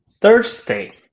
Thursday